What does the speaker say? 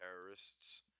terrorists